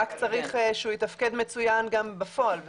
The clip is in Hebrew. רק צריך שהוא יתפקד מצוין גם בפועל.